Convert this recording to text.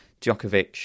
Djokovic